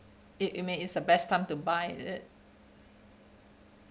it it may it's the best time to buy is it